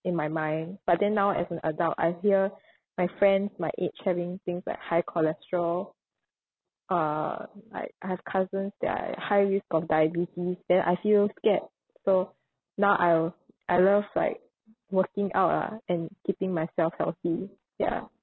in my mind but then now as an adult I hear my friends my age having things like high cholesterol uh like I have cousins that are high risk of diabetes then I feel scared so now I'll I love like working out ah and keeping myself healthy ya